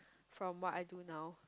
from what I do now